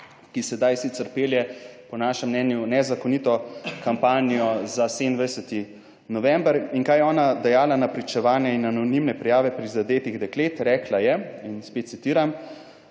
ki sedaj sicer pelje po našem mnenju nezakonito kampanjo za 27. november. In kaj je ona dajala na pričevanja in anonimne prijave prizadetih deklet? Rekla je in spet citiram: